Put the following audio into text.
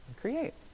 create